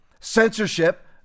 censorship